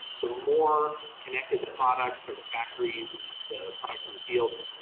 the more connected the products or the factories and the the products in the field,